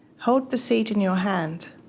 hold the seed in your hand.